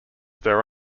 their